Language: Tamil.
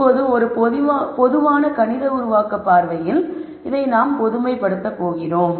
இப்போது ஒரு பொதுவான கணித உருவாக்க பார்வையில் இதை நாம் பொதுமைப்படுத்தப் போகிறோம்